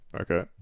Okay